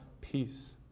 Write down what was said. peace